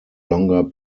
longer